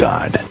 God